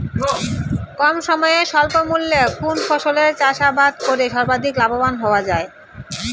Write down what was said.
কম সময়ে স্বল্প মূল্যে কোন ফসলের চাষাবাদ করে সর্বাধিক লাভবান হওয়া য়ায়?